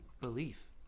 belief